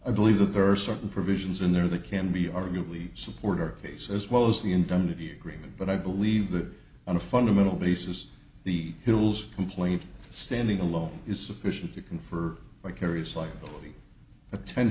i believe that there are certain provisions in there that can be arguably supporter base as well as the indemnity agreement but i believe that on a fundamental basis the hills complaint standing alone is sufficient to confer like areas like poten